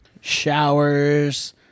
Showers